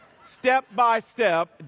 step-by-step